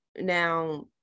now